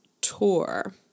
Tour